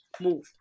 move